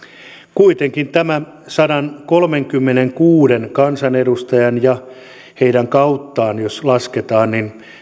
kuitenkin tämän sadankolmenkymmenenkuuden kansanedustajan ja heidän kauttaan jos lasketaan